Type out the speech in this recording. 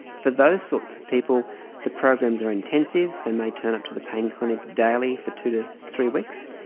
for those sorts of people the programs are intensive, they may turn up to the pain clinic daily for two to three weeks,